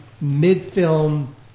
mid-film